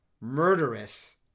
murderous